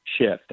Shift